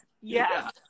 Yes